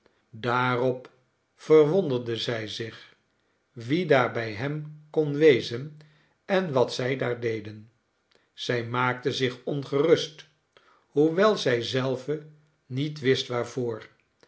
daarop verwonderde zij zich wie daar bij hem kon wezen en wat zij daar deden zij maakte zich ongerust hoewel zij zelve niet wist waarvoor